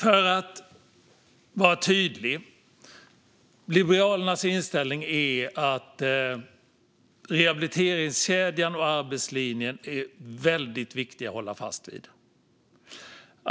Låt mig vara tydlig. Liberalernas inställning är att rehabiliteringskedjan och arbetslinjen är mycket viktiga att hålla fast vid.